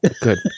Good